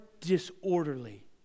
disorderly